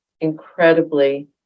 incredibly